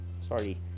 sorry